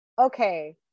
okay